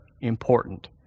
important